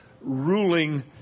ruling